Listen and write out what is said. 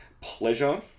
pleasure